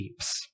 beeps